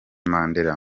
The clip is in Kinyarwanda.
mandela